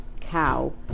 cow